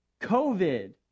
COVID